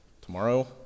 tomorrow